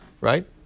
right